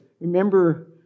remember